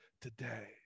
today